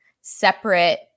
separate